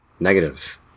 Negative